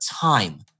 time